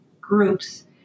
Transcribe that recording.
groups